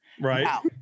Right